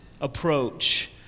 approach